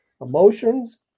emotions